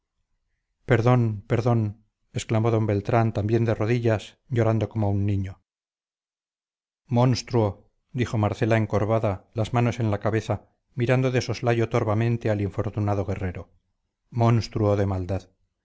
perdón perdón exclamó d beltrán también de rodillas llorando como un niño monstruo dijo marcela encorvada las manos en la cabeza mirando de soslayo torvamente al infortunado guerrero monstruo de maldad